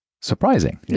surprising